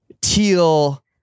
teal